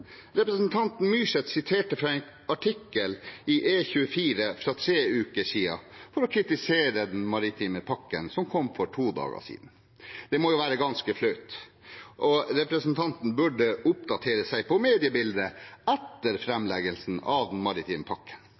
Representanten Myrseth siterte fra en artikkel i E24 fra for tre uker siden for å kritisere den maritime pakken som kom for to dager siden. Det må jo være ganske flaut. Representanten burde ha oppdatert seg på mediebildet etter framleggelsen av den maritime pakken.